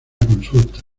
consulta